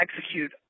execute